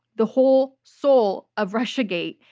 the whole soul of russiagate,